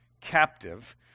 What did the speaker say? captive